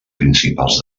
principals